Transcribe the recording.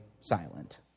silent